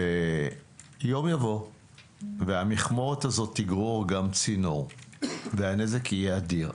ויום יבוא והמכמורת הזאת תגרור גם צינור והנזק יהיה אדיר.